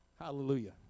hallelujah